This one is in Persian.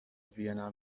وینا